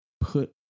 put